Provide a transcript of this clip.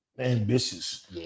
ambitious